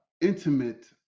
intimate